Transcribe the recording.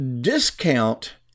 discount